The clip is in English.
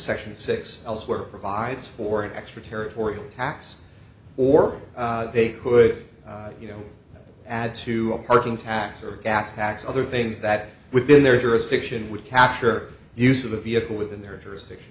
section six elsewhere provides for an extra territorial tax or they could you know add to a parking tax or gas tax other things that within their jurisdiction would capture use of a vehicle within their jurisdiction